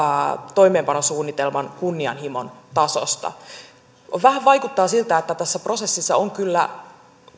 toimeenpanosuunnitelman kunnianhimon tasosta vähän vaikuttaa siltä että tässä prosessissa on kyllä